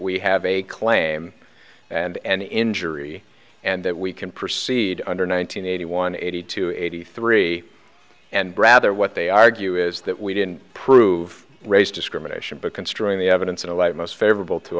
we have a claim and an injury and that we can proceed under nine hundred eighty one eighty two eighty three and brother what they argue is that we didn't prove race discrimination but considering the evidence in the light most favorable to